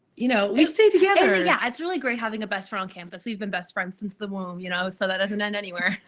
you know we stay together. yeah, it's really great, having a best friend on campus. we've been best friends since the womb, you know so that doesn't end anywhere.